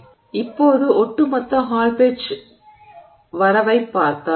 எனவே இப்போது ஒட்டுமொத்த ஹால் பெட்ச் வரைவைப் பார்த்தால்